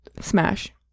Smash